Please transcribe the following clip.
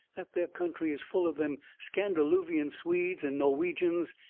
that there country is full of them scandiluvian swedes and norwegians,